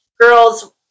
girls